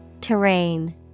Terrain